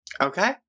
Okay